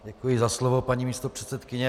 Děkuji za slovo, paní místopředsedkyně.